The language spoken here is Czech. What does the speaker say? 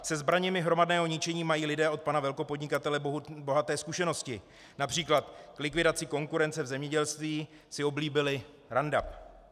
Se zbraněmi hromadného ničení mají lidé od pana velkopodnikatele bohaté zkušenosti například k likvidaci konkurence v zemědělství si oblíbili Roundup.